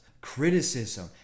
Criticism